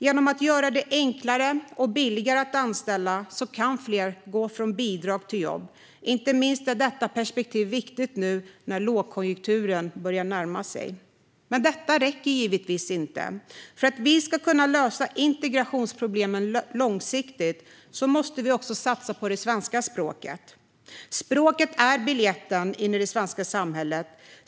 Genom att göra det enklare och billigare att anställa kan fler gå från bidrag till jobb. Inte minst är detta perspektiv viktigt nu när lågkonjunkturen börjar närma sig. Men detta räcker givetvis inte. För att vi ska kunna lösa integrationsproblemen långsiktigt måste vi satsa på svenska språket. Språket är biljetten in i det svenska samhället.